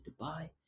Dubai